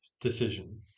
decision